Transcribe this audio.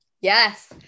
Yes